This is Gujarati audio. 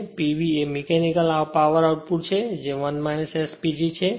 અને pv એ મીકેનિકલ પાવર આઉટપુટ છે જે 1 S PG છે